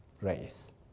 race